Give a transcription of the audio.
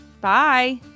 Bye